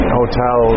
hotel